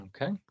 Okay